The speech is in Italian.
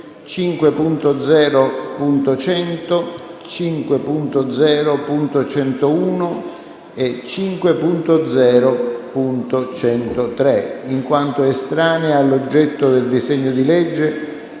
5.0.100, 5.0.101 e 5.0.103, in quanto estranei all'oggetto del disegno di legge,